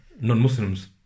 non-Muslims